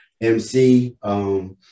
MC